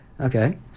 Okay